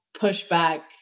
pushback